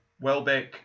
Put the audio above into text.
Welbeck